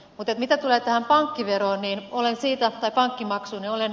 mutta mitä tulee tähän pankkimaksuun niin olen kyllä ed